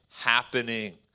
happening